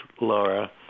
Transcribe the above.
Laura